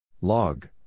Log